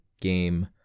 game